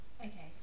Okay